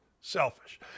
Selfish